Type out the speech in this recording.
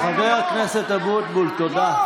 חבר הכנסת אבוטבול, תודה.